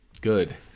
good